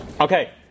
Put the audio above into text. Okay